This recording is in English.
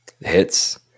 hits